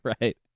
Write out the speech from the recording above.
Right